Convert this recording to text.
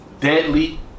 deadly